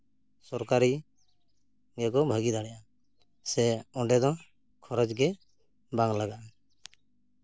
ᱥᱚᱨᱠᱟᱨᱤ ᱱᱤᱭᱟᱹ ᱠᱚ ᱵᱷᱟᱜᱮ ᱫᱟᱲᱮᱭᱟᱜᱼᱟ ᱥᱮ ᱚᱸᱰᱮ ᱫᱚ ᱠᱷᱚᱨᱚᱪ ᱜᱮ ᱵᱟᱝ ᱞᱟᱜᱟᱜᱼᱟ